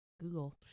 Google